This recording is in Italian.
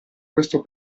questo